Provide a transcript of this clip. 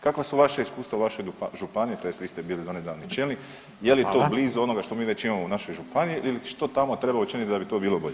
Kakva su vaša iskustva u vašoj županiji tj. vi ste bili donedavni čelnik [[Upadica Radin: Hvala.]] i je li to blizu onoga što mi već imamo u našoj županiji ili što tamo treba učiniti da bi to bilo bolje.